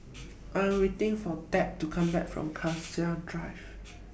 I Am waiting For Tab to Come Back from Cassia Drive